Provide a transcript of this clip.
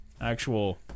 actual